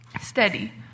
steady